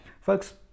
Folks